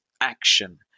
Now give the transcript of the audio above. action